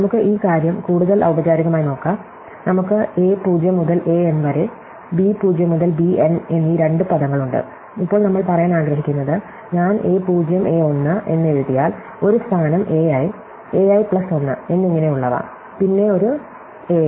നമുക്ക് ഈ കാര്യം കൂടുതൽ ഔപചാരികമായി നോക്കാം നമുക്ക് a0 മുതൽ am വരെ b0 മുതൽ bn എന്നീ രണ്ട് പദങ്ങളുണ്ട് ഇപ്പോൾ നമ്മൾ പറയാൻ ആഗ്രഹിക്കുന്നത് ഞാൻ a0 a1 എന്ന് എഴുതിയാൽ ഒരു സ്ഥാനം ai ai പ്ലസ് 1 എന്നിങ്ങനെയുള്ളവ പിന്നെ ഒരു am